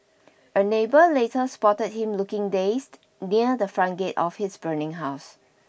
a neighbour later spotted him looking dazed near the front gate of his burning house